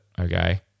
okay